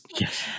Yes